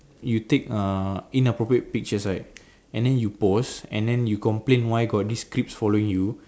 you take uh inappropriate pictures right and then you post and then you complain why got these creeps following you